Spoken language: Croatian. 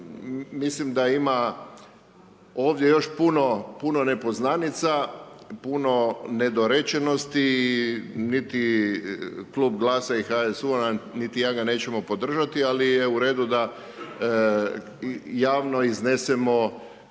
mislim da ima ovdje još puno nepoznanica, puno nedorečenosti i niti Klub GLASA-a i HSU-a, niti ja, ga nećemo podržati, ali je u redu javno iznesemo